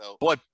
Boy